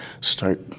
start